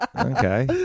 Okay